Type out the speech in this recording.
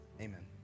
Amen